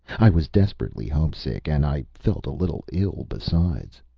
i was desperately homesick, and i felt a little ill, besides.